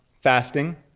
fasting